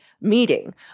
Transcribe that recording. meeting